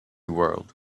world